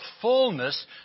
fullness